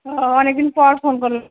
হ্যাঁ অনেকদিন পর ফোন করলি